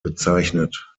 bezeichnet